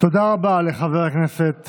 תודה רבה לחבר הכנסת